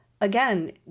Again